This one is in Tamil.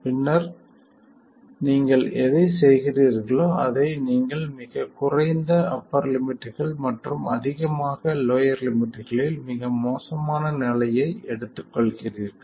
பின்னர் நீங்கள் எதைச் செய்கிறீர்களோ அதை நீங்கள் மிகக் குறைந்த அப்பர் லிமிட்கள் மற்றும் அதிகமாக லோயர் லிமிட்களில் மிக மோசமான நிலையை எடுத்துக்கொள்கிறீர்கள்